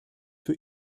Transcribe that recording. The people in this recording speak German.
für